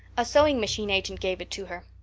a sewing-machine agent gave it to her.